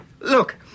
Look